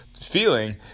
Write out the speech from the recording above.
Feeling